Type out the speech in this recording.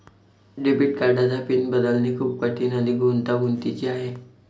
debit कार्डचा PIN बदलणे खूप कठीण आणि गुंतागुंतीचे आहे